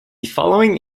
following